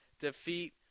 defeat